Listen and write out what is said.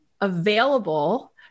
available